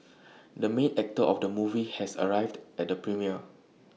the main actor of the movie has arrived at the premiere